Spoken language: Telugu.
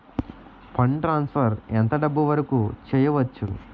ఫండ్ ట్రాన్సఫర్ ఎంత డబ్బు వరుకు చేయవచ్చు?